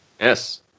Yes